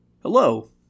Hello